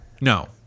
No